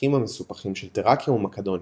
מהשטחים המסופחים תראקיה ומקדוניה,